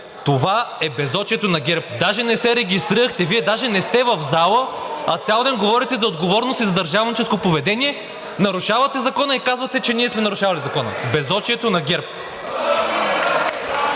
на ГЕРБ-СДС.) Даже не се регистрирахте. Вие даже не сте в зала, а цял ден говорите за отговорност и за държавническо поведение. Нарушавате закона, а казвате, че ние сме нарушавали закона. Безочието на ГЕРБ!